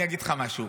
אני אגיד לך משהו,